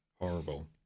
horrible